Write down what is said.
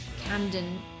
Camden